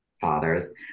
fathers